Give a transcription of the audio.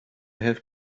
have